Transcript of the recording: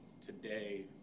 today